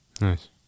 Nice